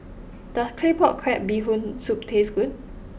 does Claypot Crab Bee Hoon Soup taste good